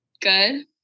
Good